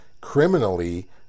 criminally